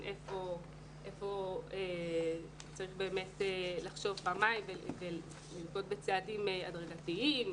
היכן לחשוב פעמיים ולנקוט בצעדים הדרגתיים,